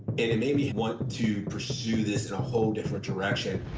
it it made we want to pursue this in a whole different direction.